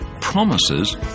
Promises